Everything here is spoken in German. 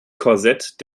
korsett